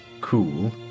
cool